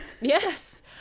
Yes